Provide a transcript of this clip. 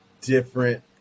different